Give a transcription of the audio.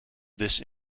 this